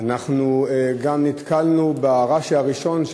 אנחנו נתקלנו ברש"י הראשון,